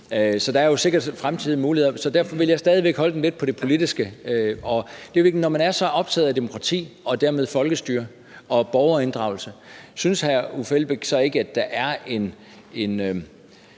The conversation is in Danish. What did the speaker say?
Der er jo sikkert fremtidsmuligheder, så derfor vil jeg stadig væk holde det lidt på det politiske plan. Når man er så optaget af demokrati og dermed folkestyre og borgerinddragelse, synes hr. Uffe Elbæk så ikke, at der er et